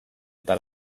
eta